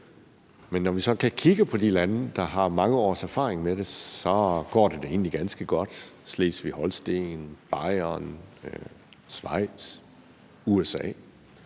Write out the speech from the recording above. Men når vi sådan kan kigge på de lande, der har mange års erfaring med det, så går det da egentlig ganske godt: Slesvig-Holsten, Bayern, Schweiz, USA,